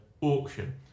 auction